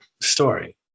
story